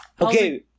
Okay